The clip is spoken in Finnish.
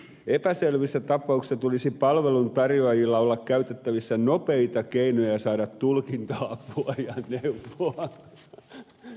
epäselvissä tapauksissa tulisi palvelun tarjoajilla olla käytettävissään nopeita keinoja saada tulkinta apua ja neuvoja